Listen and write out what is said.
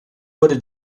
wurde